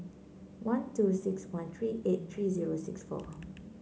one two six one three eight three zero six four